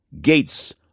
Gates